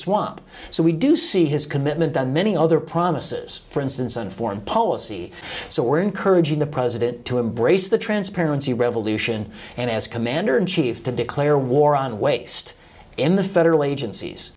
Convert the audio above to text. swamp so we do see his commitment and many other promises for instance on foreign policy so we're encouraging the president to embrace the transparency revolution and as commander in chief to declare war on waste in the federal agencies